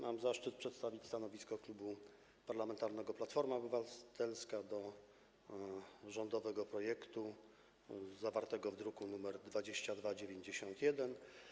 Mam zaszczyt przedstawić stanowisko Klubu Parlamentarnego Platforma Obywatelska wobec rządowego projektu zawartego w druku nr 2291.